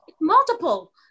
multiple